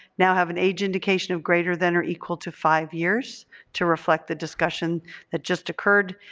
now have an age indication of greater than or equal to five years to reflect the discussion that just occurred.